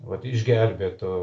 vat išgelbėto